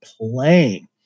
playing